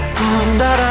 Da-da